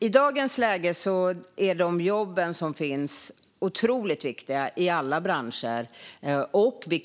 I dagens läge är de jobb som finns otroligt viktiga oavsett bransch.